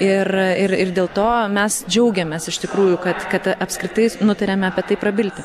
ir ir dėl to mes džiaugėmės iš tikrųjų kad kad apskritai nutarėme apie tai prabilti